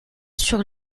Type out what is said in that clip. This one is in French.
sur